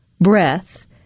breath